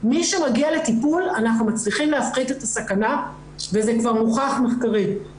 מי שמגיע לטיפול אנחנו מצליחים להפחית את הסכנה וזה כבר הוכח מחקרית.